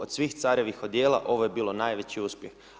Od svih carevih odjela ovo je bilo najveći uspjeh.